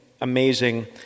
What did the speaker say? amazing